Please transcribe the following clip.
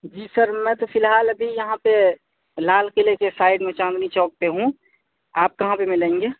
جی sir میں تو فی الحال ابھی یہاں پہ لال قلعے کے سائیڈ میں چاندنی چوک پہ ہوں آپ کہاں پہ ملیں گے